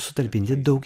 sutalpinti daug